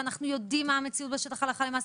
אנחנו יודעים מה המציאות בשטח הלכה למעשה.